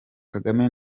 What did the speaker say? kagame